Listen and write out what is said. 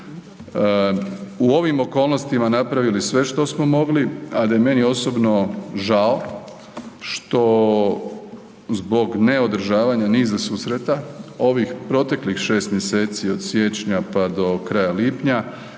u ovim okolnostima napravili sve što smo mogli, a da je meni osobno žao što zbog neodržavanja niza susreta ovih proteklih 6 mjeseci od siječnja pa do kraja lipnja